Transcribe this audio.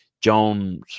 Jones